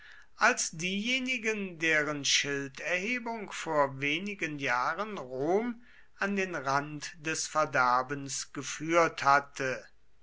als diejenigen deren schilderhebung vor wenigen jahren rom an den rand des verderbens geführt hatte